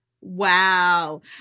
Wow